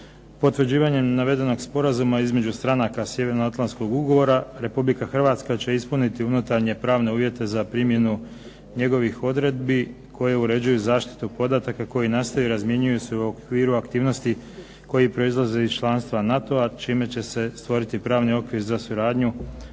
Potvrđivanjem navedenog sporazuma između stranaka sjevernoatlantskog ugovora Republika Hrvatska će ispuniti unutarnje pravne uvjete za primjenu njegovih odredbi koje uređuju zaštitu podataka koji nastaju i razmjenjuju se u okviru aktivnosti koji proizlaze iz članstva NATO-a čime će se stvoriti pravni okvir za suradnju